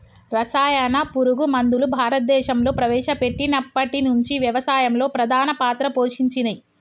రసాయన పురుగు మందులు భారతదేశంలా ప్రవేశపెట్టినప్పటి నుంచి వ్యవసాయంలో ప్రధాన పాత్ర పోషించినయ్